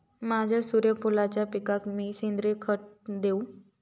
माझ्या सूर्यफुलाच्या पिकाक मी सेंद्रिय खत देवू?